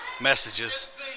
messages